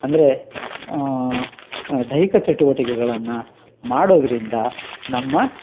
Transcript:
ಅಂದರೆ ದೈಹಿಕ ಚಟುವಟಿಕೆಗಳನ್ನು ಮಾಡೋದ್ರಿಂದ ನಮ್ಮ